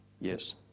Yes